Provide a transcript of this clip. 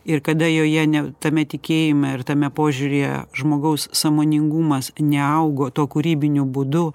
ir kada joje ne tame tikėjime ir tame požiūryje žmogaus sąmoningumas neaugo tuo kūrybiniu būdu